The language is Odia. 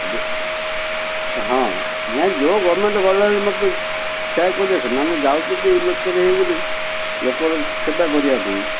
ଏବେ ହଁ ନାଇଁ ଯେଉଁ ଗଭର୍ଣ୍ଣମେଣ୍ଟ ଗଲାଣି ମଧ୍ୟ ସେୟା କରିବ ସେମାନେ ଯାଉଛନ୍ତି ଇଲେକ୍ଟେଡ଼ ହେଇକରି ଲୋକ ସେବା କରିବା ପାଇଁ